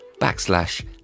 backslash